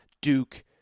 Duke